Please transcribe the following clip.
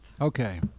Okay